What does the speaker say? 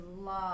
love